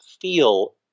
feel